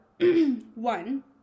one